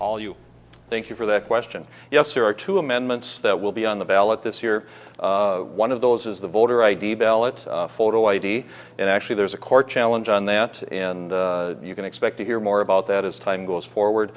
all you thank you for that question yes there are two amendments that will be on the ballot this year one of those is the voter id ballot photo id and actually there's a court challenge on that and you can expect to hear more about that as time goes forward